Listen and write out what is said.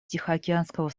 тихоокеанского